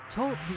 Talk